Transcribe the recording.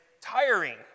tiring